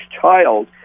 child